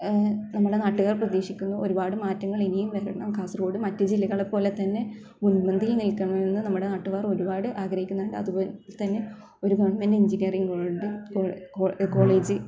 നമ്മളുടെ നാട്ടുകാർ പ്രതീക്ഷിക്കുന്നു ഒരുപാട് മാറ്റങ്ങൾ ഇനിയും വരണം കാസർഗോട് മറ്റ് ജില്ലകളെപോലെ തന്നെ മുൻപന്തിയിൽ നിൽക്കണമെന്ന് നമ്മുടെ നാട്ടുകാർ ഒരുപാട് ആഗ്രഹിക്കുന്നുണ്ട് അതുപോലെ തന്നെ ഒരു ഗവൺമെൻറ് എഞ്ചിനിയറിങ്ങ് കോളേജ്